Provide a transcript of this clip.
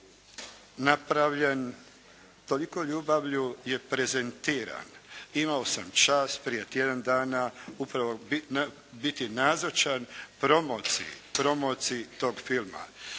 napravljen, tolikom ljubavlju je prezentiran. Imao sam čast prije tjedan dana upravo biti nazočan promociji tog filma.